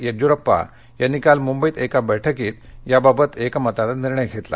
येडीयुरप्पा यांनी काल मुंबईत एका बैठकीत याबाबत एकमताने निर्णय घेतला